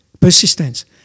Persistence